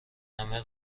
همه